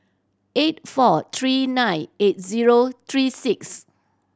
eight four three nine eight zero three six